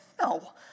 no